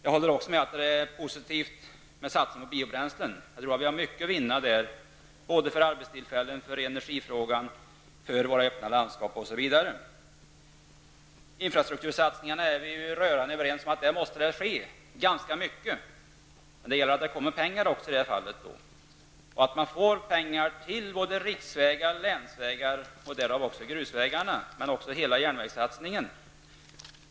Jag håller också med om att det är positivt med satsningar på biobränslen. Vi har därvidlag mycket att vinna med tanke på arbetstillfällena, energifrågan och våra öppna landskap. När det gäller infrastruktursatsningar är vi rörande överens om att mycket måste ske. Men det måste också finnas pengar. Vi måste få pengar till riksvägar och länsvägar, däribland grusvägar, men även till hela järnvägssatsningen.